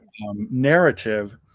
narrative